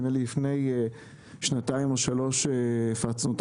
נדמה לי לפני שנתיים או שלוש הפצנו אותם.